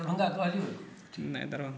दरभङ्गा कहलिए नहि दरभङ्गा